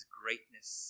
greatness